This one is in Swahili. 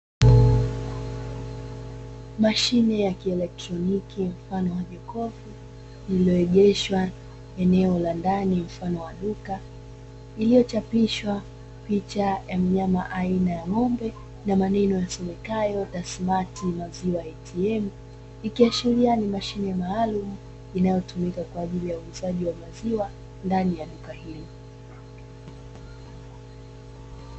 Mashine ya kieletroniki mfano wa jokofu lililoegeshwa eneo la ndani mfano wa duka iliyochapishwa picha ya mnyama aina ya ngómbea na maneno yasomekayo "TASSMAT MAZIWA ATM", ikiashiria ni mashine maalumu inayotumika kwa ajili ya uuzaji wa maziwa ndani ya duka hilo.